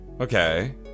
Okay